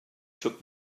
took